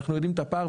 אנחנו יודעים את הפער,